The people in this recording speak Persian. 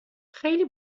خیلی